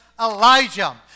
Elijah